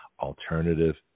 alternative